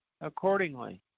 accordingly